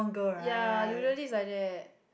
ya usually is like that